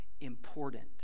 important